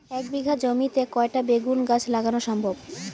এক বিঘা জমিতে কয়টা বেগুন গাছ লাগানো সম্ভব?